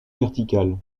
verticale